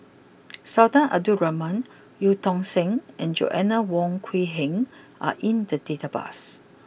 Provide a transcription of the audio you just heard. Sultan Abdul Rahman Eu Tong Sen and Joanna Wong Quee Heng are in the database